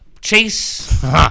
chase